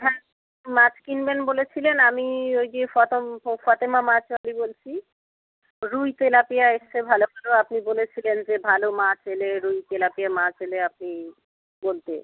হ্যাঁ মাছ কিনবেন বলেছিলেন আমি ওই যে ফতেমা মাছওয়ালি বলছি রুই তেলাপিয়া এসছে ভালো ভালো আপনি বলেছিলেন যে ভালো মাছ এলে রুই তেলাপিয়া মাছ এলে আপনি বলতে